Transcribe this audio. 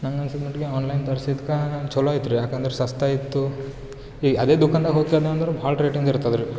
ನಂಗೆ ಅನ್ಸಿದ ಮಟ್ಟಿಗೆ ಆನ್ಲೈನ್ ತರ್ಸಿದಕ್ಕೆ ಚಲೋ ಆಯ್ತ್ ರೀ ಯಾಕಂದ್ರೆ ಸಸ್ತ ಇತ್ತು ಈ ಅದೇ ದುಕಾನ್ದಾಗ್ ಹೋಗಿ ಕೇಳ್ದೆ ಅಂದ್ರೆ ಭಾಳ ರೇಟಿಂದು ಇರ್ತದೆ ರೀ